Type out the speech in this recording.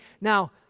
Now